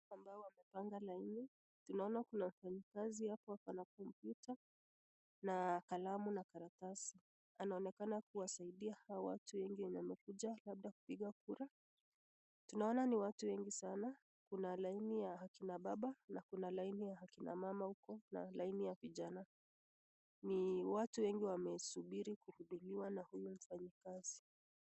Ambao wamepanga laini. Tunaona kuna mfanyikazi hapo hapo na kompyuta na kalamu na karatasi. Anaonekana kuwasaidia hawa watu wengine wamekuja labda kupiga kura. Tunaona ni watu wengi sana. Kuna laini ya akina baba na kuna laini ya akina mama huko na laini ya vijana. Ni watu wengi wamesubiri kuhudumiwa na huyo mfanyikazi.